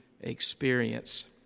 experience